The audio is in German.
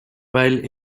weil